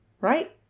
right